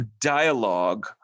dialogue